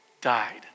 died